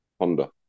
Honda